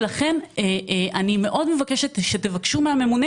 ולכן אני מאוד מבקשת שתבקשו מהממונה